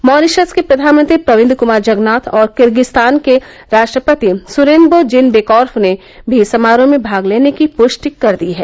Mauritius के प्रधानमंत्री प्रविन्द क्मार जगनॉथ और किर्गिज्तान के राष्ट्रपति सूरेनबो जिनवेकोर्फ ने भी समारोह में भाग लेने की पृष्टि कर दी है